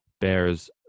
Bears